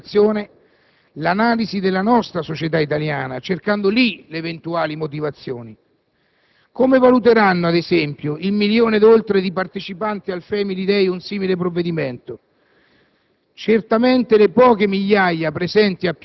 Perché la relazione non prende in seria considerazione l'analisi della società italiana, cercando lì le eventuali motivazioni? Come valuteranno, ad esempio, il milione e oltre di partecipanti al *Family day* un simile provvedimento?